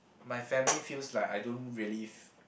my family feels like I don't really f~